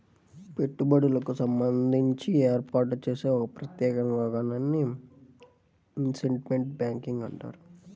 పెట్టుబడులకు సంబంధించి ఏర్పాటు చేసే ఒక ప్రత్యేకమైన విభాగాన్ని ఇన్వెస్ట్మెంట్ బ్యాంకింగ్ అంటారు